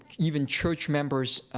even church members.